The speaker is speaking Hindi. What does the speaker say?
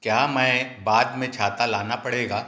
क्या मैं बाद में छाता लाना पड़ेगा